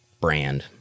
brand